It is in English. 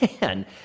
man